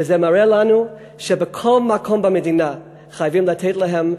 וזה מראה לנו שבכל מקום במדינה חייבים לתת להם,